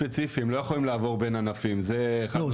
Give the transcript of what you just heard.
הם מוגבלים לענף ספציפי הם לא יכולים לעבור בין ענפים זה חד משמעי.